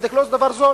וצדק הוא לא דבר זול,